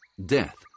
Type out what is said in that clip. Death